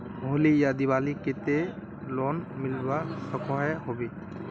होली या दिवालीर केते लोन मिलवा सकोहो होबे?